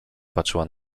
patrzyła